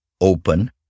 open